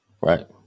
Right